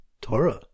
Torah